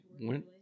went